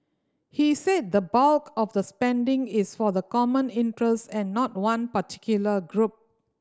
he said the bulk of the spending is for the common interest and not one particular group